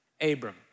Abram